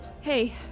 Hey